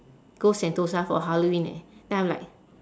go sentosa for halloween eh then I'm like